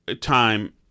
time